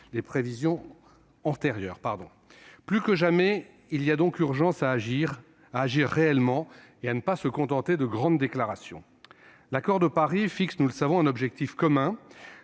les prévisions antérieures. Plus que jamais, il y a donc urgence à agir réellement et à ne pas se contenter de grandes déclarations. L'accord de Paris de 2015 fixe un objectif commun